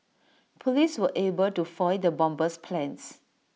Police were able to foil the bomber's plans